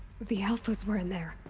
the alphas were in there!